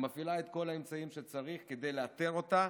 היא מפעילה את כל האמצעים שצריך כדי לאתר אותה